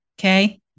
okay